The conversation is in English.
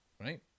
Right